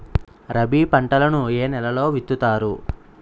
రబీ పంటలను ఏ నెలలో విత్తుతారు?